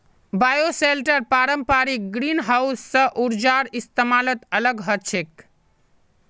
bioshelter पारंपरिक greenhouse स ऊर्जार इस्तमालत अलग ह छेक